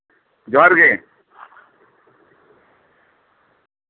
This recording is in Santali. ᱡᱚᱦᱟᱨ ᱜᱮ